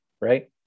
right